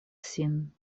sin